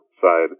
side